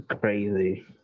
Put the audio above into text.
crazy